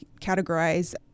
categorize